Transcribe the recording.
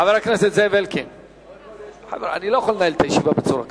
אני לא יכול לנהל את הישיבה בצורה כזאת.